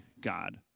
God